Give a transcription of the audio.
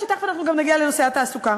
ותכף גם נגיע לנושא התעסוקה.